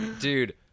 Dude